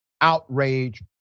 outrage